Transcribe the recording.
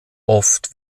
oft